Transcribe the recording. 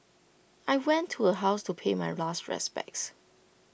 I went to her house to pay my last respects